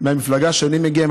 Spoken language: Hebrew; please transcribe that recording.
מהמפלגה שאני מגיע,